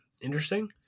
interesting